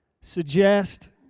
suggest